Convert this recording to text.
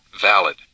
valid